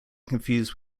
confused